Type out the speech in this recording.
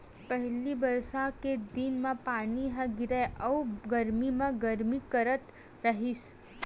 पहिली बरसा के दिन म पानी ह गिरय अउ गरमी म गरमी करथ रहिस